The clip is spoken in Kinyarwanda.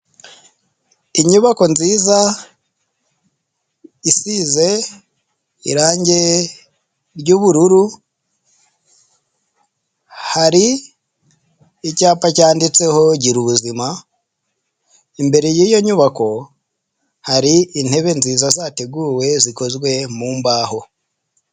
Inyubako nziza isize irangi ry'ubururu, hari icyapa cyandiho gira ubuzima, imbere y'iyo nyubako, hari intebe nziza zateguwe zikozwe mu mbaho.